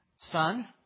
son